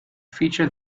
feature